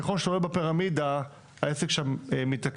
ככל שאתה עולה בפירמידה העסק שם מתעכב